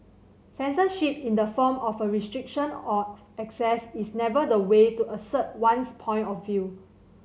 censorship in the form of a restriction of access is never the way to assert one's point of view